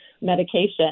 medication